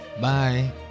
Bye